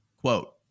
Quote